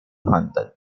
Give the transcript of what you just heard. hunted